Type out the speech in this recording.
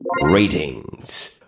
ratings